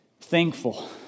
thankful